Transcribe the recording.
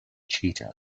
cheetah